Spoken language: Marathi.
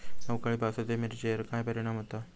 अवकाळी पावसाचे मिरचेर काय परिणाम होता?